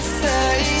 say